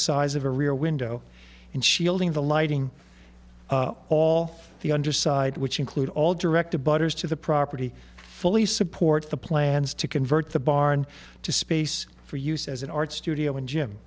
size of a rear window and shielding the lighting all the underside which include all directed buggers to the property fully support the plans to convert the barn to space for use as an art studio